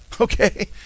Okay